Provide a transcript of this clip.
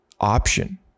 option